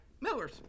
Millers